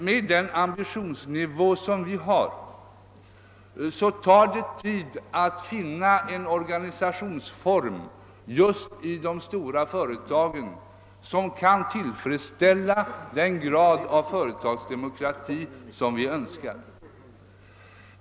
Med den ambitionsnivå vi har tar det tid att i just de stora företagen finna en organisationsform som kan ge oss den grad av företagsdemokrati som vi önskar.